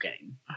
game